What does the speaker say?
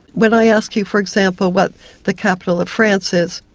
when i ask you, for example, what the capital of france is,